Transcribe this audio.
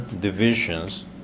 divisions